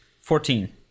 Fourteen